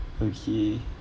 okay